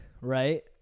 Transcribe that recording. right